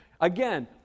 again